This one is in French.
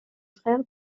frère